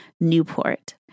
Newport